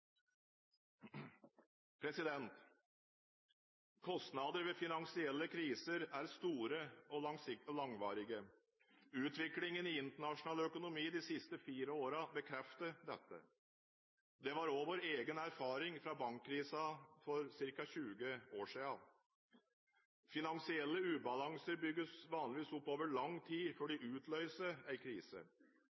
ved finansielle kriser er store og langvarige. Utviklingen i internasjonal økonomi de siste fire årene bekrefter dette. Det var også vår egen erfaring fra bankkrisen for ca. 20 år siden. Finansielle ubalanser bygges vanligvis opp over lang tid før de utløser en krise.